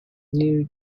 new